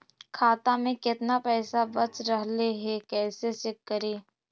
खाता में केतना पैसा बच रहले हे कैसे चेक करी?